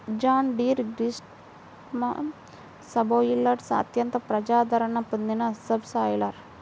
John Deere green system subsoiler అత్యంత ప్రజాదరణ పొందిన సబ్ సాయిలర్